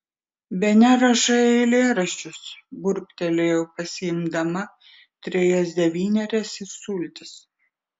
bene rašai eilėraščius burbtelėjau pasiimdama trejas devynerias ir sultis